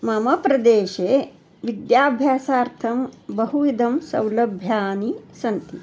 मम प्रदेशे विद्याभ्यासार्थं बहुविधं सौलभ्यानि सन्ति